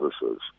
services